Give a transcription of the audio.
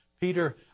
Peter